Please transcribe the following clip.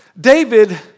David